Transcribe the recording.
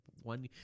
one